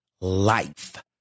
life